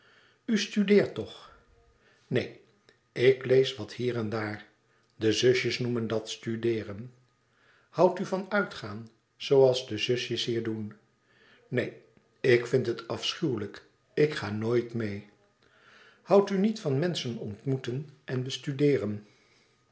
studeert toch neen ik lees wat hier en daar de zusjes noemen dat studeeren houdt u van uitgaan zooals de zusjes hier doen neen ik vind het afschuwelijk ik ga nooit meê houdt u niet van menschen ontmoeten en bestudeeren